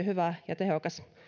hyvä ja tehokas